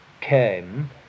came